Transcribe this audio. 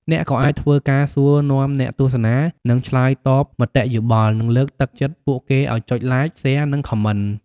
អ្នកក៏អាចធ្វើការសួរនាំអ្នកទស្សនា និង ឆ្លើយតបមតិយោបល់ និងលើកទឹកចិត្តពួកគេឲ្យចុច Like, Share និង Comment។